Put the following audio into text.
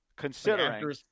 Considering